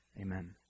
amen